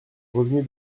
revenu